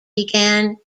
began